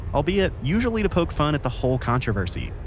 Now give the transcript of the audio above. albeit, usually to poke fun at the whole controversy.